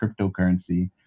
cryptocurrency